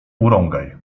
urągaj